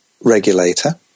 regulator